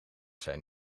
zijn